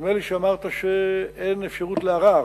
נדמה לי שאמרת שאין אפשרות לערר.